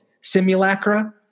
simulacra